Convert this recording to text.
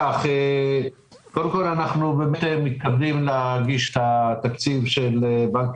אנחנו מתכוונים להגיש את התקציב של בנק